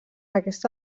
aquesta